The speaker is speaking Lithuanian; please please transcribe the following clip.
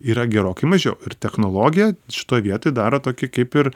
yra gerokai mažiau ir technologė šitoje vietoj daro tokį kaip ir